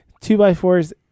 two-by-fours